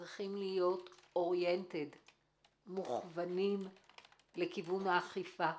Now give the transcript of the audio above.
צריכים להיות מוכוונים לכיוון האכיפה,